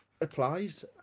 applies